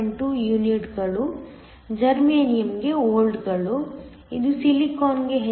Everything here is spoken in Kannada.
372 ಯುನಿಟ್ಗಳು ಜರ್ಮೇನಿಯಂಗೆ ವೋಲ್ಟ್ಗಳು ಇದು ಸಿಲಿಕಾನ್ಗೆ ಹೆಚ್ಚಾಗಿರುತ್ತದೆ 0